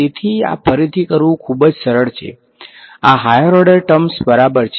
તેથી આ ફરીથી કરવું ખૂબ જ સરળ છે આ હાયર ઓર્ડર ટર્મસ બરાબર છે